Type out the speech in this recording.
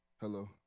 Hello